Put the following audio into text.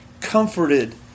comforted